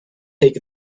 take